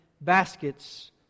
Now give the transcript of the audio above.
baskets